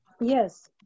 Yes